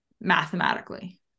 mathematically